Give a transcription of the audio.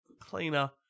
cleaner